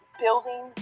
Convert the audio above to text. building